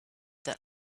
that